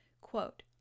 Quote